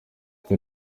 twe